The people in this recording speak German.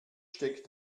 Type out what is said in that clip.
steckt